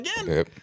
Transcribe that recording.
again